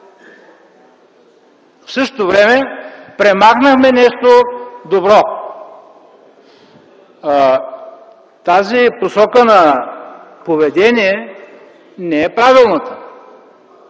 В същото време премахнахме нещо добро. Тази посока на поведение не е правилната.